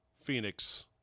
Phoenix